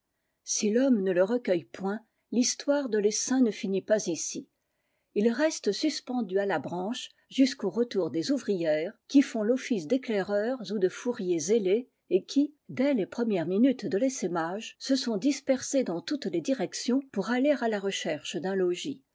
si l'homme ne le recueille point l'histoire i essaim ne finit pas ici il reste suspendu l i branche jusqu'au retour des ouvrières qui i t l'office d'éclaireurs ou de fourriers ailés et qui dès les premières minutes de tessaimage se sont dispersées dans toutes les directions pour aller à la recherche d'un logis